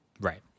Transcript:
Right